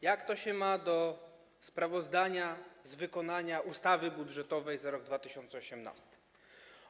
Jak odnosi się to do sprawozdania z wykonania ustawy budżetowej za rok 2018?